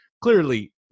clearly